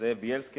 זאב בילסקי,